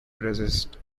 resist